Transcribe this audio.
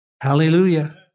Hallelujah